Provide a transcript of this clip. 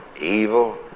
evil